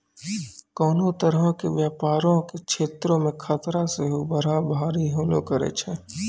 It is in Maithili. कोनो तरहो के व्यपारो के क्षेत्रो मे खतरा सेहो बड़ा भारी होलो करै छै